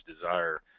desire